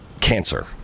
cancer